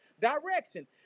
direction